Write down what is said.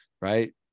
right